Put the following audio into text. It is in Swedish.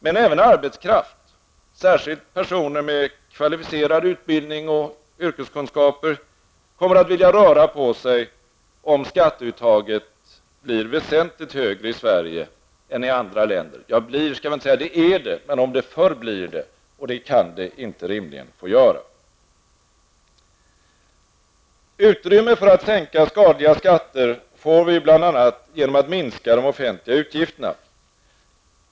Men även arbetskraft, särskilt personer med kvalificerad utbildning och yrkeskunskaper, kommer att vilja röra på sig, om skatteuttaget blir väsentligt högre i Sverige än i andra länder. Man kan inte säga blir, för det är det redan. Det gäller om det förblir lika högt, vilket det inte rimligen får göra. Utrymme för att sänka skadliga skatter får vi bl.a. genom att minska de offentliga utgifterna.